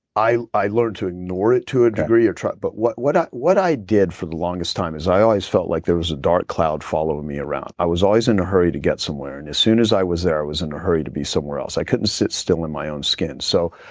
i i learned to ignore it to a degree or. but but what what ah i did for the longest time is i always felt like there was a dark cloud following me around. i was always in a hurry to get somewhere and as soon as i was there was in a hurry to be somewhere else. i couldn't sit still in my own skin. so,